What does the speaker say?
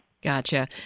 Gotcha